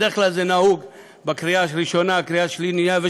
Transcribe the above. בדרך כלל זה נהוג בקריאה השנייה והשלישית,